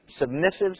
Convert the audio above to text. submissive